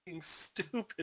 stupid